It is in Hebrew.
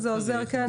אם זה עוזר כן.